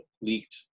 leaked